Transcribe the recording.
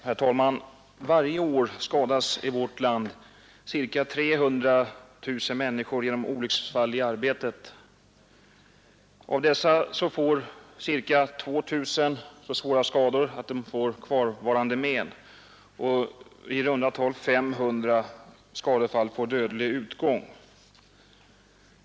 Herr talman! Varje år skadas i vårt land ca 300 000 människor genom olycksfall i arbetet. Av dessa får ca 2 000 så svåra skador att de får kvarstående men, och i runt tal 500 skadefall får dödlig utgång.